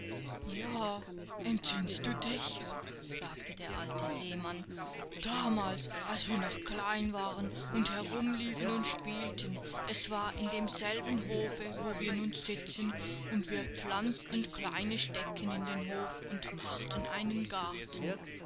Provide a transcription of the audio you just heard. ja entsinnest du dich sagte der alte seemann damals als wir noch klein waren und herumliefen und spielten es war in demselben hofe wo wir nun sitzen und wir pflanzten kleine stecken in den hof und machten einen garten